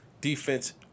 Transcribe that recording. defense